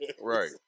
Right